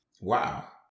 wow